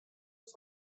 ris